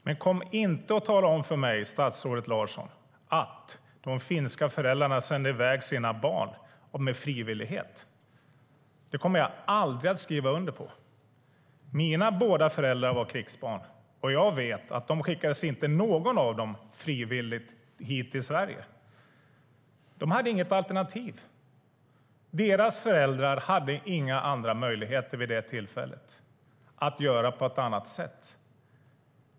Men kom inte och tala om för mig, statsrådet Larsson, att de finska föräldrarna sände i väg sina barn med frivillighet. Det kommer jag aldrig att skriva under på. Mina båda föräldrar var krigsbarn. Jag vet att inte någon av dem skickades frivilligt hit till Sverige. De hade inget alternativ. Deras föräldrar hade inga andra möjligheter vid det tillfället att göra på ett annat sätt.